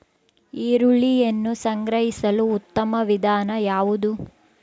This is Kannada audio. ಈರುಳ್ಳಿಯನ್ನು ಸಂಗ್ರಹಿಸಲು ಉತ್ತಮ ವಿಧಾನ ಯಾವುದು?